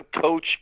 Coach